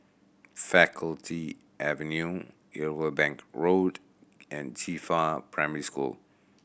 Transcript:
Faculty Avenue Irwell Bank Road and Qifa Primary School